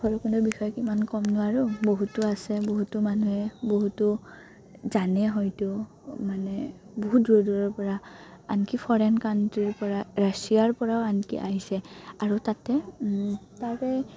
ভৈৰৱকুণ্ডৰ বিষয়ে কিমান ক'মনো আৰু বহুতো আছে বহুতো মানুহে বহুতো জানে হয়তো মানে বহুত দূৰ দূৰৰ পৰা আনকি ফৰেন কাানট্ৰিৰ পৰা ৰাছিয়াৰ পৰাও আনকি আহিছে আৰু তাতে তাৰে